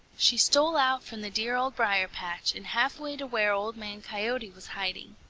she stole out from the dear old briar-patch and halfway to where old man coyote was hiding.